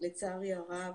לצערי הרב,